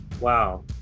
Wow